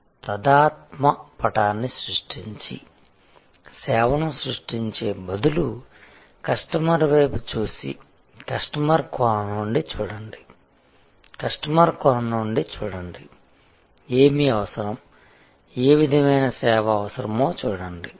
కాబట్టి తాదాత్మ్యఏమ్పతీ పటాన్ని సృష్టించి సేవను సృష్టించే బదులు కస్టమర్ వైపు చూసి కస్టమర్ కోణం నుండి చూడండి కస్టమర్ కోణం నుండి చూడండి ఏమి అవసరం ఏ విధమైన సేవ అవసరమో చూడండి